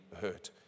hurt